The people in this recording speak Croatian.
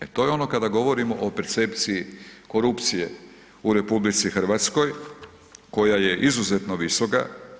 E to je ono kada govorimo o percepciji korupcije u RH koja je izuzetno visoka.